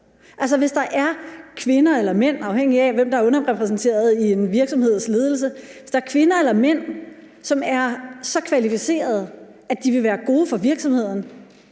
Hvis der er kvinder eller mænd – afhængigt af hvem der er underrepræsenteret i en virksomheds ledelse – som er så kvalificerede, at de vil være gode for virksomheden,